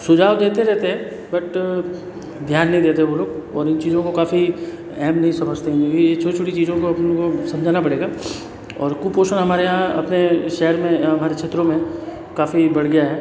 सुझाव देते रहते हैं बट ध्यान नहीं देते वह लोग और इन चीज़ों को काफी अहम नहीं समझते हैं ये छोटी छोटी चीज़ों को उनको समझाना पड़ेगा और कुपोषण हमारे यहाँ अपने शहर में हमारे क्षेत्रों में काफी बढ़ गया है